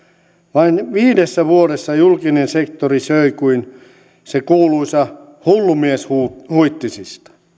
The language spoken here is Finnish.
vain viidessä vuodessa julkinen sektori söi kuin se kuuluisa hullu mies huittisista